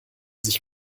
sich